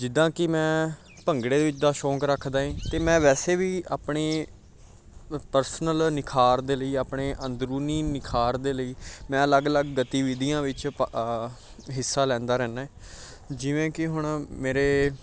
ਜਿੱਦਾਂ ਕਿ ਮੈਂ ਭੰਗੜੇ ਦੇ ਵਿੱਚ ਦਾ ਸ਼ੌਂਕ ਰੱਖਦਾ ਅਤੇ ਮੈਂ ਵੈਸੇ ਵੀ ਆਪਣੇ ਪਰਸਨਲ ਨਿਖਾਰ ਦੇ ਲਈ ਆਪਣੇ ਅੰਦਰੂਨੀ ਨਿਖਾਰ ਦੇ ਲਈ ਮੈਂ ਅਲੱਗ ਅਲੱਗ ਗਤੀਵਿਧੀਆਂ ਵਿੱਚ ਭਾ ਹਿੱਸਾ ਲੈਂਦਾ ਰਹਿੰਦਾ ਏ ਜਿਵੇਂ ਕਿ ਹੁਣ ਮੇਰੇ